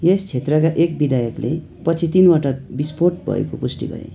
यस क्षेत्रका एक विधायकले पछि तिनवटा विस्फोट भएको पुष्टि गरे